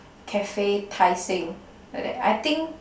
cafe Tai-Seng like that I think